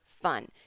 fun